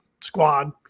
squad